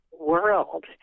world